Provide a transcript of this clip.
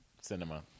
cinema